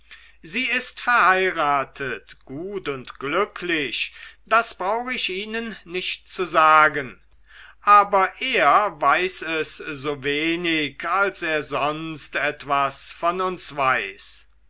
sie ist verheiratet gut und glücklich das brauche ich ihnen nicht zu sagen aber er weiß es so wenig als er sonst etwas von uns weiß